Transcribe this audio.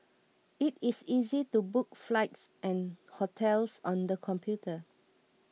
it is easy to book flights and hotels on the computer